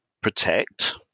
protect